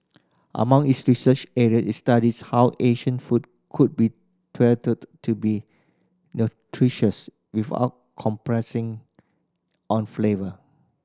among its research area it studies how Asian food could be tweaked to be nutritious without compressing on flavour